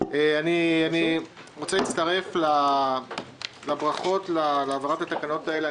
אני רוצה להצטרף לברכות להעברת התקנות האלה.